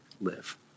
live